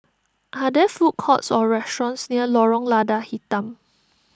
are there food courts or restaurants near Lorong Lada Hitam